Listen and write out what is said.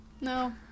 No